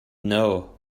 know